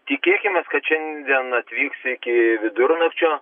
tikėkimės kad šiandien atvyks iki vidurnakčio